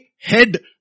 head